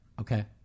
Okay